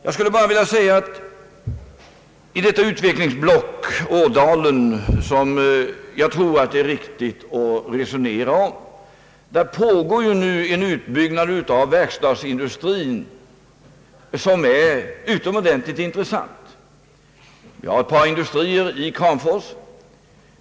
Jag vill påstå, att det är riktigt att resonera om det utvecklingsblock det här gäller och som Ådalen tillhör. Där pågår nu en utbyggnad av verkstadsindustrin som är utomordentligt intressant. Det finns ett par industrier i Kramfors.